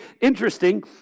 Interesting